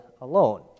alone